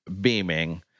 beaming